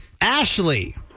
Ashley